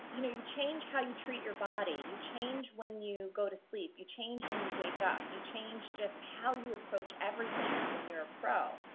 you know, you change how you treat your body, you change when you go to sleep, you change when you wake up, you change just how you approach everything when you're a pro.